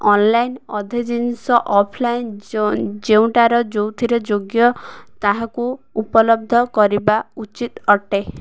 online ଅଧେ ଜିନିଷ offline ଯେଉଁଟାର ଯେଉଁଥିର ଯୋଗ୍ୟ ତାହାକୁ ଉପଲବ୍ଧ କରିବା ଉଚିତ ଅଟେ